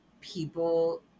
people